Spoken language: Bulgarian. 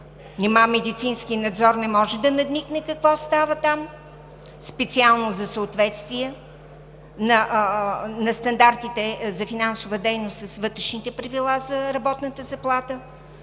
Нима „Медицински надзор“ не може да надникне какво става там специално за съответствие на стандартите за финансова дейност с Вътрешните правила за работната заплата?